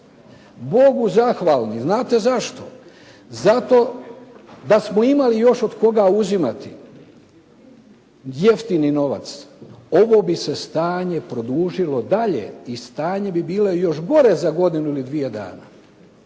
Bogu zahvalni, znate zašto? Zato da smo imali još od koga uzimati, jeftini novac, ovo bi se stanje produžilo dalje i stanje bi bilo još gore za godinu ili dvije dana.